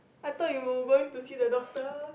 I thought you going to see the doctor